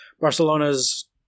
Barcelona's